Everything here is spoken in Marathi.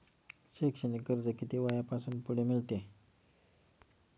शैक्षणिक कर्ज किती वयापासून पुढे मिळते?